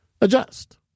adjust